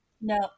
No